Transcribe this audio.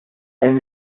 and